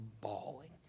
bawling